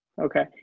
Okay